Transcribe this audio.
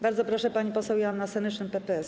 Bardzo proszę, pani poseł Joanna Senyszyn, PPS.